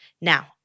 now